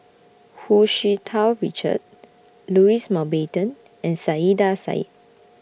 Hu Tsu Tau Richard Louis Mountbatten and Saiedah Said